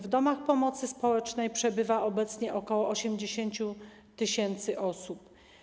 W domach pomocy społecznej przebywa obecnie ok. 80 tys. osób.